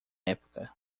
época